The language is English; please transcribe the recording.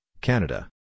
Canada